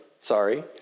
sorry